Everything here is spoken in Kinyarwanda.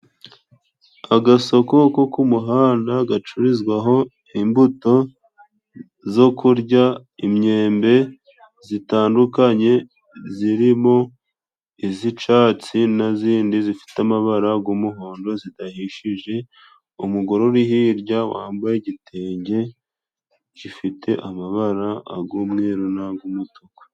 Agasoko ko k'umuhanda gacururizwaho imbuto zo kurya imyembe zitandukanye zirimo iz'icatsi na zindi zifite amabara g'umuhondo zidahishije umugore uri hirya wambaye igitenge gifite amabara ag'umweru nag'umutuku.